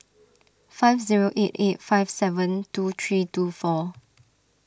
five zero eight eight five seven two three two four